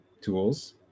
tools